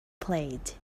played